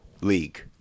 league